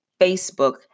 Facebook